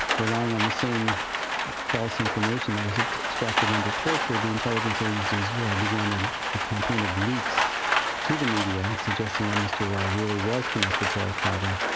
relying on the same false information that was um extracted under torture, the intelligence agencies began and a campaign of leaks to the media suggesting that mr arar really was connected to al-qa'eda,